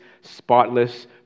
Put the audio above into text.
spotless